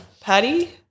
Patty